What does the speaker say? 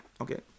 Okay